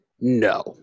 No